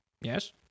Yes